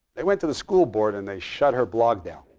they went to the school board and they shut her blog down.